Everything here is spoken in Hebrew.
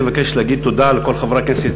אני מבקש להגיד תודה לכל חברי הכנסת